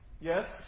Yes